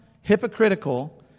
hypocritical